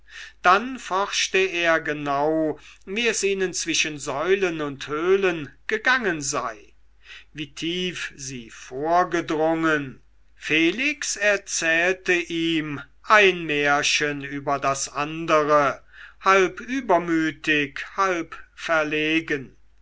dann forschte er genau wie es ihnen zwischen säulen und höhlen gegangen sei wie tief sie vorgedrungen felix erzählte ihm ein märchen über das andere halb übermütig halb verlegen